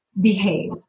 behave